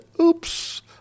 oops